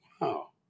wow